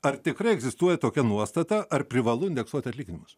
ar tikrai egzistuoja tokia nuostata ar privalu indeksuot atlyginimus